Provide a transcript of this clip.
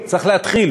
צריך להתחיל,